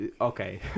okay